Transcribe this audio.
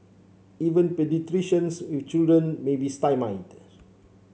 even paediatricians with children may be stymied